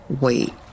Wait